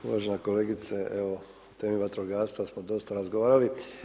Uvažena kolegice, evo, o temi vatrogastva smo dosta razgovarali.